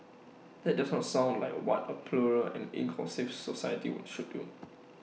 that does not sound like what A plural and inclusive society would should do